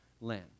land